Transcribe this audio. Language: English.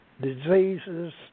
diseases